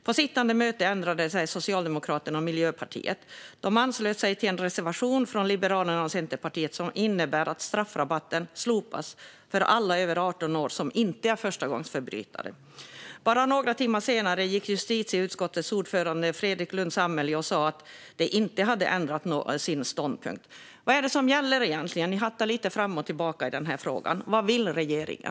På sittande möte ändrade sig Socialdemokraterna och Miljöpartiet - de anslöt sig till en reservation från Liberalerna och Centerpartiet som innebär att straffrabatten slopas för alla över 18 år som inte är förstagångsförbrytare. Bara några timmar senare gick justitieutskottets ordförande Fredrik Lundh Sammeli ut och sa att man inte hade ändrat sin ståndpunkt. Vad är det egentligen som gäller? Ni hattar lite fram och tillbaka i den här frågan. Vad vill regeringen?